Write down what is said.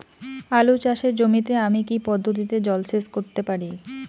আলু চাষে জমিতে আমি কী পদ্ধতিতে জলসেচ করতে পারি?